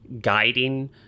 guiding